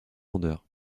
vendeur